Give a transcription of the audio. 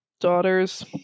daughters